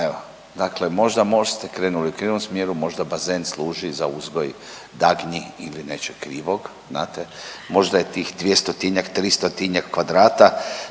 Evo, dakle MOST ste krenuli u krivom smjeru, možda bazen služi za uzgoj dagnji ili nečeg krivog, možda je tih 200-tinjak, 300-tinjak kvadrata